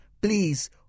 please